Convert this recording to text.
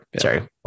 sorry